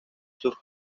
surf